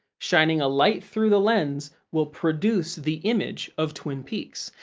shining a light through the lens will produce the image of twin peaks.